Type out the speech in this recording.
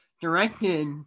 directed